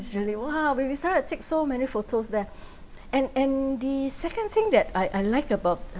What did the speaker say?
it's really !wow! we we started to take so many photos there and and the second thing that I I like about